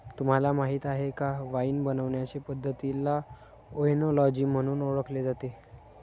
तुम्हाला माहीत आहे का वाइन बनवण्याचे पद्धतीला ओएनोलॉजी म्हणून ओळखले जाते